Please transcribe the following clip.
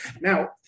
Now